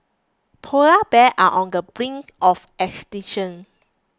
polar bear are on the brink of extinction